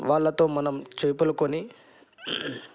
వాళ్ళతో మనం చేపలు కొని